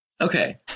Okay